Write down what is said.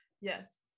Yes